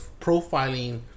profiling